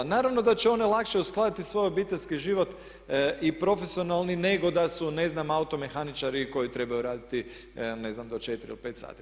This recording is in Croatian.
Naravno da će one lakše uskladiti svoj obiteljski život i profesionalni nego da su ne znam automehaničari koji trebaju raditi, ne znam do 4 ili 5 sati.